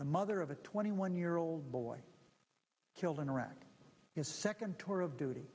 the mother of a twenty one year old boy killed in iraq his second tour of duty